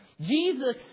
Jesus